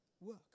work